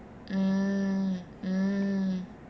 mm mm